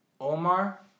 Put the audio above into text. Omar